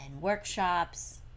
workshops